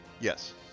Yes